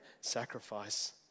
sacrifice